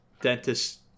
dentist